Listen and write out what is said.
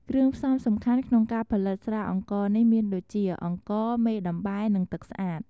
គ្រឿងផ្សំសំខាន់ក្នុងការផលិតស្រាអង្ករនេះមានដូចជា អង្ករ មេដំបែ និងទឹកស្អាត។